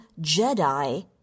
Jedi